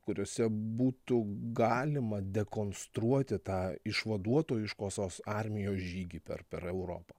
kuriose būtų galima dekonstruoti tą išvaduotojiškosios armijos žygį per per europą